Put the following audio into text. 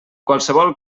qualsevol